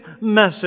message